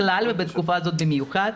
בכלל ובתקופה הזאת במיוחד.